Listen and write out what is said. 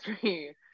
three